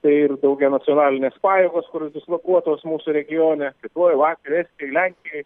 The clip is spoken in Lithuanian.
tai ir daugianacionalinės pajėgos kurios dislokuotos mūsų regione lietuvoj latvijoj estijoj lenkijoj